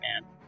man